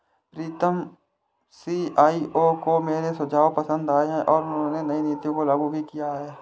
प्रीतम CEO को मेरे सुझाव पसंद आए हैं और उन्होंने नई नीतियों को लागू भी किया हैं